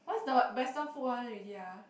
what's the western food one already ah